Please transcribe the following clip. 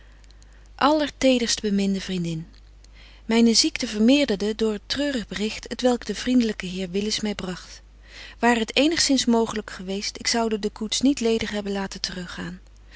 edeling allertederstbeminde vriendin myne ziekte vermeerderde door het treurig bericht t welk de vriendelyke heer willis my bragt ware het eenigzins mooglyk geweest ik zoude de koets niet ledig hebben laten te